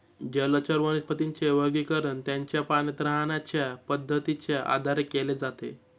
जलचर वनस्पतींचे वर्गीकरण त्यांच्या पाण्यात राहण्याच्या पद्धतीच्या आधारे केले जाते